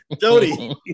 Jody